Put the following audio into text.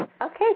Okay